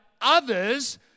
others